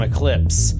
Eclipse